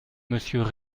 monsieur